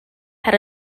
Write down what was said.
had